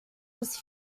was